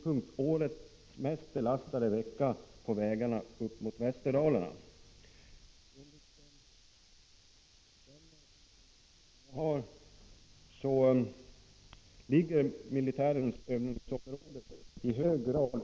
Övningen skall genomföras under vecka 9, som är den vecka på året då trafiken på vägarna upp mot Västerdalarna är som intensivast. Enligt den information jag har fått skall övningen i stor utsträckning förläggas till området kring Malung.